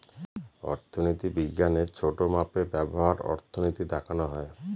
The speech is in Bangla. অর্থনীতি বিজ্ঞানের ছোটো মাপে ব্যবহার অর্থনীতি দেখানো হয়